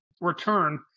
return